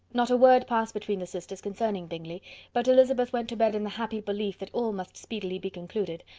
not a word passed between the sisters concerning bingley but elizabeth went to bed in the happy belief that all must speedily be concluded,